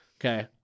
okay